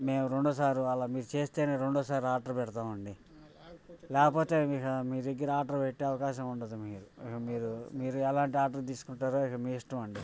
మేం రెండోసారు అలా మీరు చేస్తేనే రెండోసారి ఆర్డర్ పెడతామండి లేకపోతే ఇక మీ దగ్గర ఆర్డర్ పెట్టే అవకాశం ఉండదు మీకి ఇక మీరు మీరు ఎలాంటి ఆర్డర్ తీసుకుంటారో ఇక మీ ఇష్టమండి